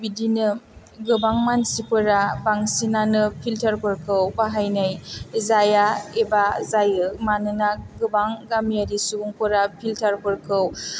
बिदिनो गोबां मानसिफोरा बांसिनानो फिल्टारफोरखौ बाहायनाय जाया एबा जायो मानोना गोबां गामियारि सुबुंफोरा फिल्टारफोरखौ